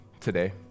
today